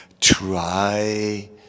Try